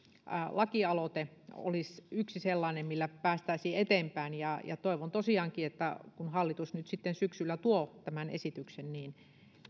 lakialoite olisi yksi sellainen millä päästäisiin eteenpäin toivon tosiaankin että kun hallitus nyt sitten syksyllä tuo tämän esityksen niin täällä